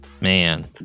Man